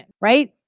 right